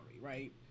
right